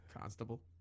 Constable